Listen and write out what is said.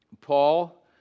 Paul